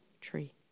tree